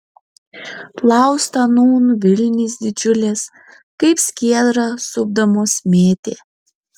plaustą nūn vilnys didžiulės kaip skiedrą supdamos mėtė